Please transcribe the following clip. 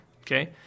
Okay